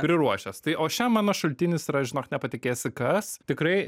priruošęs tai o šian mano šaltinis yra žinok nepatikėsi kas tikrai